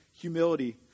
humility